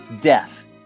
death